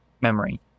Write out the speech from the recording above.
memory